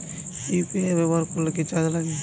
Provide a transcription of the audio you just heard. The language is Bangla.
ইউ.পি.আই ব্যবহার করলে কি চার্জ লাগে?